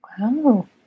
Wow